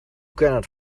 cannot